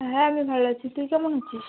হ্যাঁ আমি ভালো আছি তুই কেমন আছিস